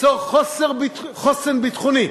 ליצור חוסן ביטחוני,